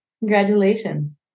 Congratulations